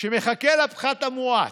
שמחכה לפחת המואץ.